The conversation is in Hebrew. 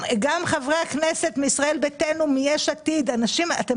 כולל חברי הכנסת מישראל ביתנו ויש עתיד אתם